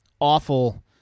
awful